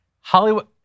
Hollywood